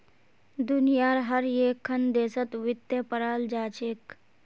दुनियार हर एकखन देशत वित्त पढ़ाल जा छेक